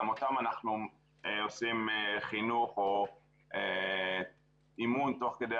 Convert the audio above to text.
גם אותם להם אנחנו עושים חינוך או אימון תוך כדי